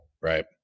right